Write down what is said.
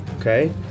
Okay